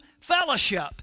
fellowship